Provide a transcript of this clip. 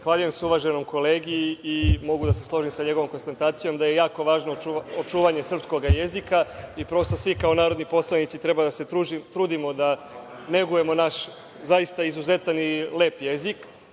Zahvaljujem se uvaženom kolegi i mogu da se složim sa njegovom konstatacijom da je jako važno čuvanje srpskog jezika i svi, kao narodni poslanici, treba da se trudimo da negujemo naš lep jezik.